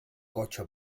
cotxe